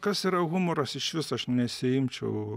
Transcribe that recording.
kas yra humoras išvis aš nesiimčiau